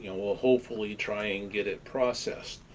and we'll hopefully try and get it processed.